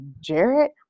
Jarrett